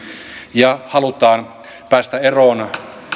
ja halutaan päästä eroon